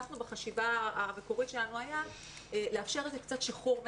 בחשיבה המקורית שלנו היה לאפשר קצת שחרור מתח.